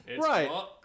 Right